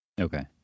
okay